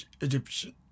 egyptian